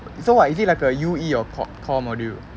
so what is it like a U_E or core core module